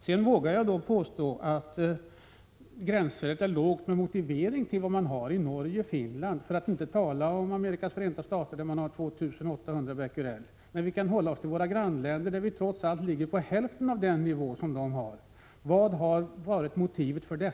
Jag vågar påstå att gränsvärdet är lågt, med hänvisning till vad man har i Norge och Finland — för att inte tala om Amerikas Förenta stater, där det är 2800 Bq; vi kan ju hålla oss till våra grannländer, som ligger på hälften av den nivån. Vad har varit motivet?